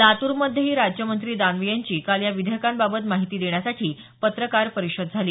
लातूरमध्येही राज्यमंत्री दानवे यांची काल या विधेयकांबाबत माहिती देण्यासाठी पत्रकार परिषद झाली